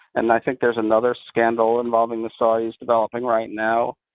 and i think there's another scandal involving the saudis developing right now.